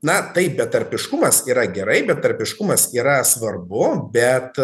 na taip betarpiškumas yra gerai betarpiškumas yra svarbu bet